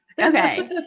Okay